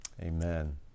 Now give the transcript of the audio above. Amen